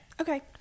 Okay